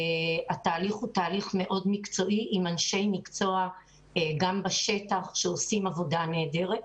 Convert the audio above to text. התהליך הוא מאוד מקצועי עם אנשי מקצוע גם בשטח שעושים עבודה נהדרת.